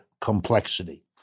complexity